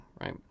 right